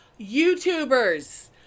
Youtubers